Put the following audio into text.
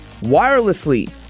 wirelessly